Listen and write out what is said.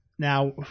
Now